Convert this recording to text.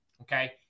okay